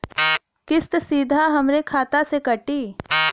किस्त सीधा हमरे खाता से कटी?